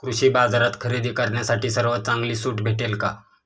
कृषी बाजारात खरेदी करण्यासाठी सर्वात चांगली सूट भेटेल का?